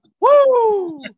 Woo